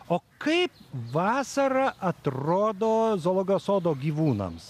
o kaip vasara atrodo zoologijos sodo gyvūnams